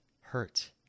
hurt